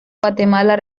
guatemala